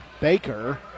Baker